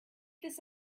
this